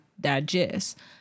digest